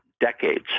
decades